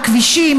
כבישים,